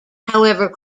however